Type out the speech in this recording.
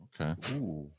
Okay